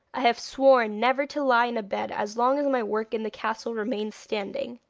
i have sworn never to lie in a bed as long as my work in the castle remains standing